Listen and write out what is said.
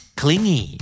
clingy